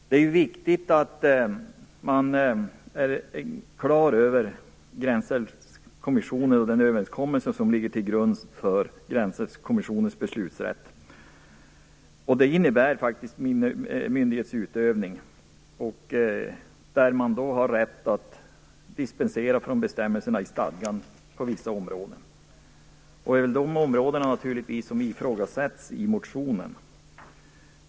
Det är viktigt att vara klar över den överenskommelse som ligger till grund för Gränsrättskommissionens beslutsrätt, som faktiskt innebär myndighetsutövning med rätt att dispensera från bestämmelserna i stadgan på vissa områden. Det är detta som ifrågasätts i motionen.